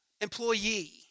employee